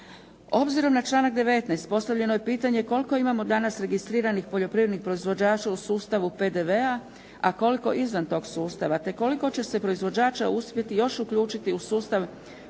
Obzirom na članak 19. postavljeno je pitanje koliko imamo danas registriranih poljoprivrednih proizvođača u sustavu PDV-a a koliko izvan tog sustava te koliko će se proizvođača uspjeti još uključiti u sustav poreza